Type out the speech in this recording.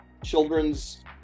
children's